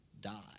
die